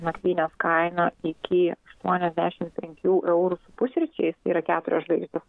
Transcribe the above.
nakvynės kaina iki aštuoniasdešim penkių eurų su pusryčiais tai yra keturios žvaigždės